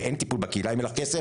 ואין טיפול בקהילה אם אין לך כסף,